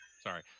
sorry